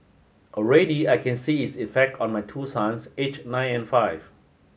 already I can see its effect on my two sons aged nine and five